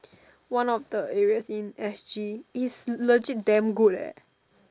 one of the areas in S_G it's legit damn good leh